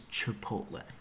chipotle